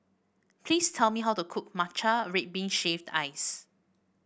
please tell me how to cook Matcha Red Bean Shaved Ice